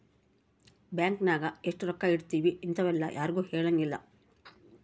bank ನಾಗ ಎಷ್ಟ ರೊಕ್ಕ ಇಟ್ತೀವಿ ಇಂತವೆಲ್ಲ ಯಾರ್ಗು ಹೆಲಂಗಿಲ್ಲ